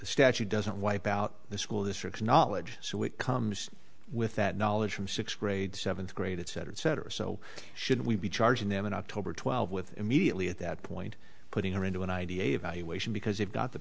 statute doesn't wipe out the school districts knowledge so it comes with that knowledge from sixth grade seventh grade etc etc so should we be charging them in october twelve with immediately at that point putting them into an id evaluation because they've got the